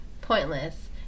pointless